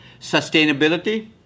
Sustainability